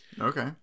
Okay